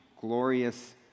glorious